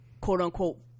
quote-unquote